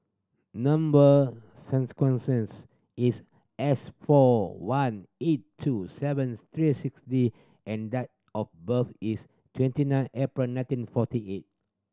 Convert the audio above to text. number is S four one eight two seven three six D and of birth is twenty nine April nineteen forty eight